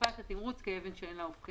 בקופת התמרוץ כאבן שאין לה הופכין.